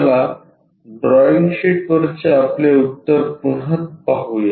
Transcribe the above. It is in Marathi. चला ड्रॉईंग शीटवरचे आपले उत्तर पुन्हा पाहूया